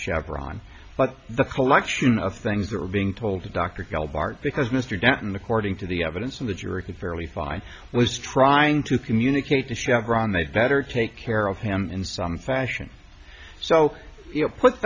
chevron but the collection of things that were being told to dr gelbart because mr denton according to the evidence from the jury could fairly find was trying to communicate to chevron they'd better take care of him in some fashion so you